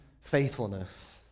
faithfulness